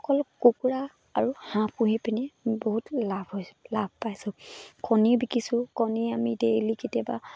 অকল কুকুৰা আৰু হাঁহ পুহি পিনি বহুত লাভ হৈ লাভ পাইছোঁ কণী বিকিছোঁ কণী আমি ডেইলি কেতিয়াবা